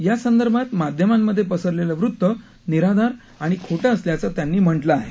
यासंदर्भात माध्यमांमधे पसरलेलं वृत्त निराधार आणि खोटं असल्याचं त्यांनी म्हटलं आहे